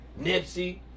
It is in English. nipsey